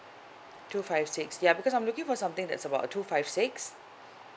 two five six ya because I'm looking for something that's about two five six